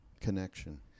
connection